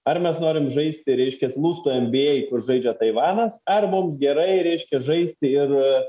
ar mes norim žaisti reiškias lustų en bi ei kur žaidžia taivanas ar mums gerai reiškia žaisti ir